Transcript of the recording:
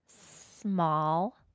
small